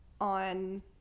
on